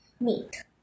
meat